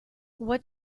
what